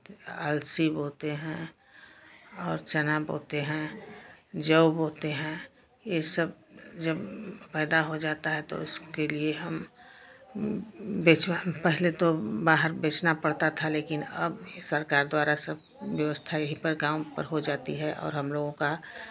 अलसी बोते हैं और चना बोते हैं जाै बोते हैं ये सब जब पैदा हो जाता है तो उसके लिए हम बेचवा पहले तो बाहर बेचना पड़ता था लेकिन अब भी सरकार द्वारा सब व्यवस्था यहीं पर गाँव पर हो जाती है और हम लोगों का